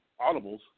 audibles